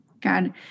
God